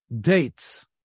dates